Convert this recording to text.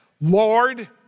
Lord